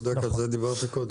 צודק, על זה דיברתי קודם.